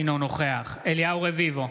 אינו נוכח אליהו רביבו,